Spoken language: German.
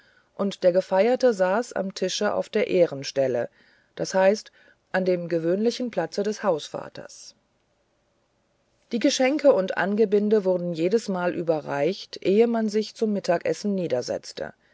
und der gefeierte saß am tische auf der ehrenstelle das heißt an dem gewöhnlichen platze des hausvaters die geschenke und angebinde wurden jedesmal überreicht ehe man sich zum mittagessen